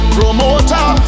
Promoter